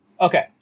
Okay